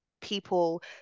people